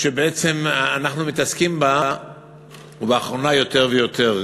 שבעצם אנחנו מתעסקים בה ובאחרונה יותר ויותר.